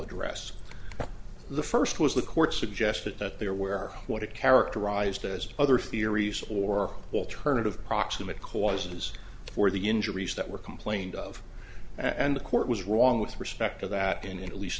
address the first was the court suggested that there were what it characterized as other theories or alternative proximate causes for the injuries that were complained of and the court was wrong with respect to that in at least